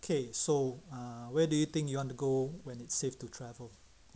K so ah where do you think you want to go when it's safe to travel